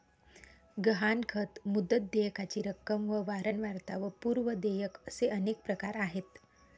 गहाणखत, मुदत, देयकाची रक्कम व वारंवारता व पूर्व देयक असे अनेक प्रकार आहेत